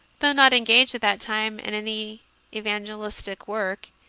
though not engaged at that time in any evangelistic works,